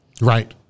Right